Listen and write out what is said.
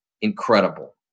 incredible